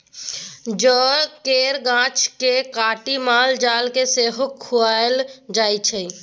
जौ केर गाछ केँ काटि माल जाल केँ सेहो खुआएल जाइ छै